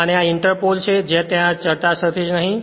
અને આ ઈંટરપોલ છે જેની ત્યાં ચર્ચા થશે નહીં